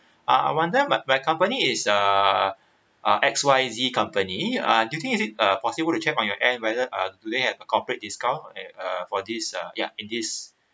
uh I wonder my my company is err uh X Y Z company uh do you think is it uh possible to check on your app whether uh do they have a corporate discount at err for this err ya in this